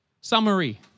Summary